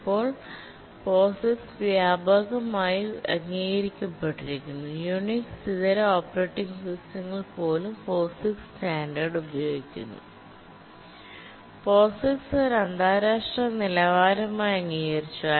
ഇപ്പോൾ POSIX വ്യാപകമായി അംഗീകരിക്കപ്പെട്ടിരിക്കുന്നു യുണിക്സ് ഇതര ഓപ്പറേറ്റിംഗ് സിസ്റ്റങ്ങൾ പോലും POSIX സ്റ്റാൻഡേർഡ് ഉപയോഗിക്കുന്നു POSIX ഒരു അന്താരാഷ്ട്ര നിലവാരമായി അംഗീകരിച്ചു